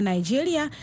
Nigeria